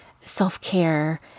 self-care